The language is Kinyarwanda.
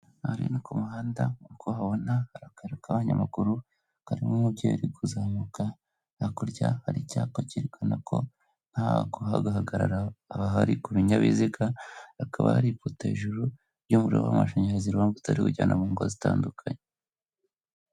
Aha rero ni ku muhanda nk'uko uhabona, hari akayira k'abanyamaguru karimo umubyeyi uri kuzamuka, hakurya hari icyapa cyerekana ko ntahoguhagarara hahari ku binyabiziga, hakaba hari ipoto hejuru y'umuriro w'amashanyarazi iwutwara uwujyana mu ngo zitandukanye.